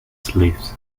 slaves